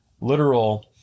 literal